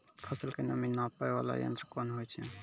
फसल के नमी नापैय वाला यंत्र कोन होय छै